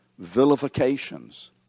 vilifications